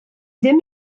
ddim